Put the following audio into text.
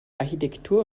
architektur